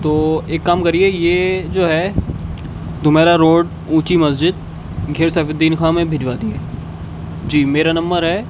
تو ایک کام کریے یہ جو ہے دومیرا روڈ اونچی مسجد گھیر سیف الدین خاں میں بھجوا دیجیے جی میرا نمبر ہے